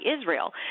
Israel